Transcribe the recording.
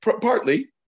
Partly